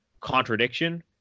contradiction